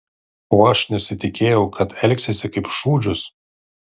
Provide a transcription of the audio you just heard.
o aš nesitikėjau kad elgsiesi kaip šūdžius